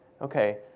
okay